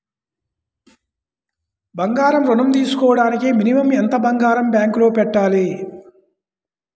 బంగారం ఋణం తీసుకోవడానికి మినిమం ఎంత బంగారం బ్యాంకులో పెట్టాలి?